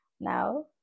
now